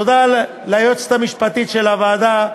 תודה ליועצת המשפטית של הוועדה,